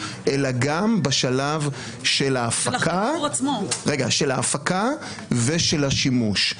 אלא גם בשלב של ההפקה ושל השימוש.